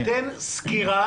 תן סקירה